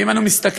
ואם אנו מסתכלים